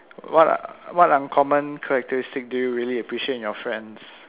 what what uncommon characteristic do you really appreciate in your friends